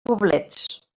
poblets